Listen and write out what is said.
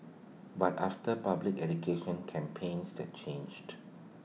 but after public education campaigns that changed